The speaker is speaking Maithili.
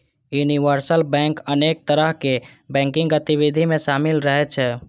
यूनिवर्सल बैंक अनेक तरहक बैंकिंग गतिविधि मे शामिल रहै छै